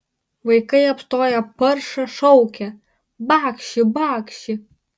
vaikai apstoję paršą šaukia bakši bakši